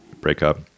breakup